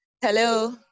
hello